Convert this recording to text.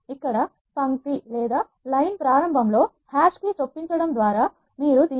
ఇక్కడ పంక్తి ప్రారంభం లో హాష్ కి చొప్పించడం ద్వారా మీరు దీన్ని చేయవచ్చు